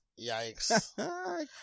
yikes